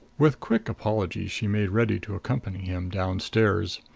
with quick apologies she made ready to accompany him down-stairs.